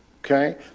Okay